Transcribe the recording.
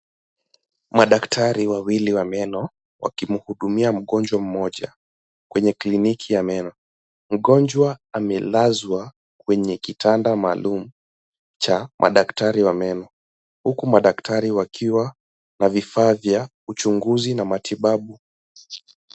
Madaktari wawili wa meno wakimhudumia mgonjwa mmoja kwenye kliniki ya meno. Mgonjwa amelazwa kwenye kitanda maalum cha madaktari wa meno huku madaktari wakiwa na vifaa vya uchunguzi na matibabu.